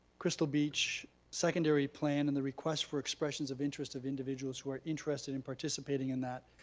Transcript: crystal beach secondary plan, and the request for expressions of interest of individuals who are interested in participating in that.